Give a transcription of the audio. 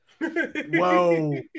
Whoa